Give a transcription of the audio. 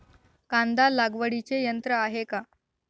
कांदा लागवडीचे यंत्र आहे का?